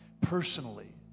personally